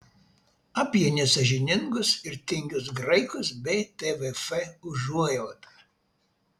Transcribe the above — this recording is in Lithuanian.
apie nesąžiningus ir tingius graikus bei tvf užuojautą